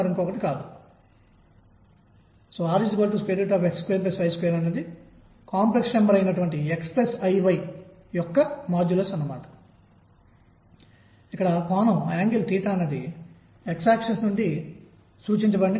మరియు ఘనపదార్థాల యొక్క స్పెసిఫిక్ హీట్ విశిష్టోష్ణం 0 కు చేరడాన్ని కూడా వివరించింది